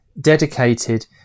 dedicated